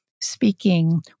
speaking